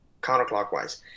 counterclockwise